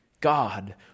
God